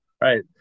Right